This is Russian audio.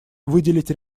выделить